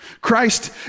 Christ